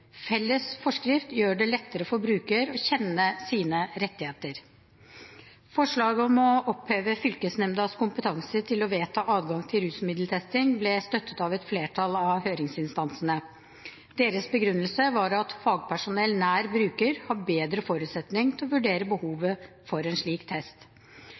Felles forskrift gjør det lettere for bruker å kjenne sine rettigheter. Forslaget om å oppheve fylkesnemndas kompetanse til å vedta adgang til rusmiddeltesting ble støttet av et flertall av høringsinstansene. Deres begrunnelse var at fagpersonell nær bruker har bedre forutsetning for å vurdere behovet for en slik